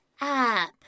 up